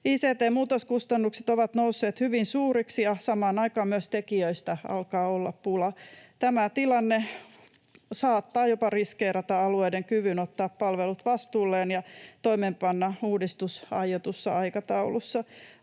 Ict-muutoskustannukset ovat nousseet hyvin suuriksi, ja samaan aikaan myös tekijöistä alkaa olla pula. Tämä tilanne saattaa jopa riskeerata alueiden kyvyn ottaa palvelut vastuulleen ja toimeenpanna uudistus aiotussa aikataulussa.